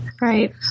Right